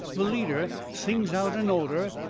the leader sings out an order,